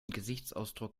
gesichtsausdruck